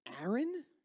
Aaron